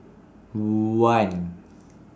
one